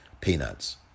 peanuts